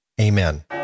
Amen